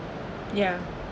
yeah